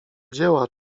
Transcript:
dzieła